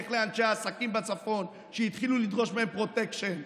לך לאנשי העסקים בצפון שהתחילו לדרוש מהם פרוטקשן.